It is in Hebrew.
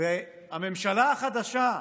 והממשלה החדשה,